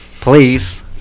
Please